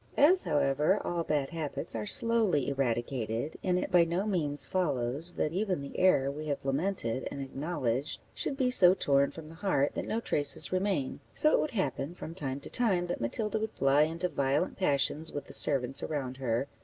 as, however, all bad habits are slowly eradicated, and it by no means follows that even the error we have lamented and acknowledged should be so torn from the heart that no traces remain, so it would happen, from time to time, that matilda would fly into violent passions with the servants around her,